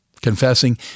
confessing